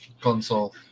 console